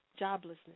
Joblessness